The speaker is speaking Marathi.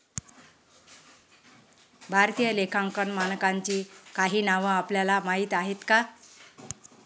भारतीय लेखांकन मानकांची काही नावं आपल्याला माहीत आहेत का?